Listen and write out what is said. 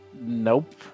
Nope